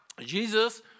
Jesus